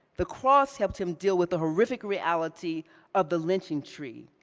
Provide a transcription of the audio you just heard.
the cross helped him deal with the horrific reality of the lynching tree,